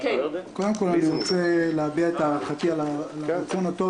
קודם כול אני רוצה להביע את הערכתי על הרצון הטוב